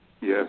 Yes